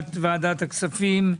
ישיבת ועדת הכספים.